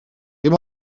dim